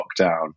lockdown